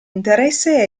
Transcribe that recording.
interesse